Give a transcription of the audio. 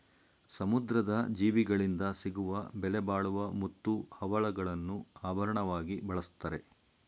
ಸಮುದ್ರದ ಜೀವಿಗಳಿಂದ ಸಿಗುವ ಬೆಲೆಬಾಳುವ ಮುತ್ತು, ಹವಳಗಳನ್ನು ಆಭರಣವಾಗಿ ಬಳ್ಸತ್ತರೆ